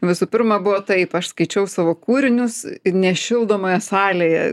visų pirma buvo taip aš skaičiau savo kūrinius nešildomoje salėje